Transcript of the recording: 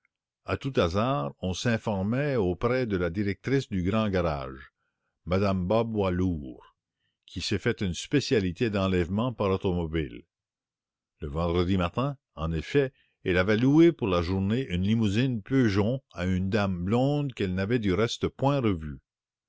à tout hasard on s'informa auprès de la directrice du grand garage m me bob walthour qui s'est fait une spécialité d'enlèvements par automobile le vendredi matin en effet elle avait loué pour la journée une limousine peugeon à une dame blonde qu'elle n'avait du reste point revue